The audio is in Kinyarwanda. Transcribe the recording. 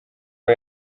aho